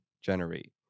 Generate